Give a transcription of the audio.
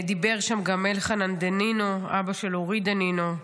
דיבר שם גם אלחנן דנינו, אבא של אורי דנינו,